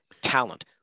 talent